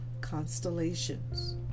constellations